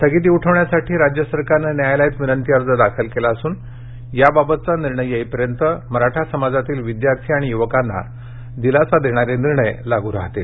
स्थगिती उठवण्यासाठी राज्य सरकारनं न्यायालयात विनंती अर्ज दाखल केला असून याबाबतचा निर्णय येईपर्यंत मराठा समाजातील विद्यार्थी आणि युवकांना दिलासा देणारे निर्णय लागू राहतील